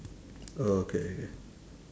okay K